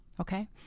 Okay